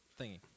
thingy